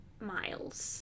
miles